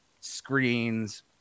screens